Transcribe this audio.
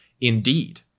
indeed